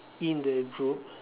in the group